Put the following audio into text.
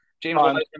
James